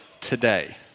today